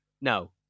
No